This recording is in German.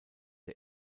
der